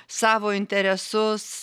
savo interesus